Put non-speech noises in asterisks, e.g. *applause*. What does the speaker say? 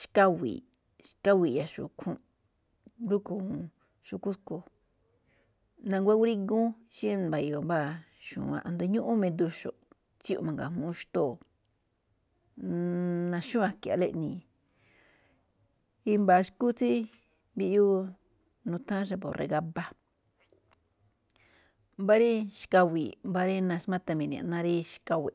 xkawi̱i̱ꞌ, xkawi̱i̱ꞌ i̱ya̱xu̱u̱ ikhúúnꞌ. Rúkhue̱n juun, xu̱kú tsúꞌkhue̱n, na̱nguá igruígúún xí mba̱yo̱o̱ mbáa, asndo ñúꞌún me̱do̱xu̱ꞌ, tsíyo̱ꞌ ma̱nga̱jmúú xtóo̱, *hesitation* naxúu̱nꞌ a̱kia̱nꞌlóꞌ iꞌnii̱. I̱mba̱a̱ xu̱kú tsí mbiꞌyuu nutháán xabo̱ ra̱gaba, mbá rí xkawi̱i̱ꞌ, mbá rí naxmátha mine̱e̱, ná rí xkawe̱ꞌ.